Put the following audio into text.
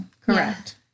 Correct